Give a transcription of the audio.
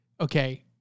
okay